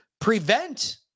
prevent